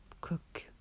cook